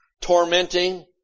tormenting